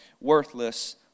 worthless